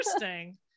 interesting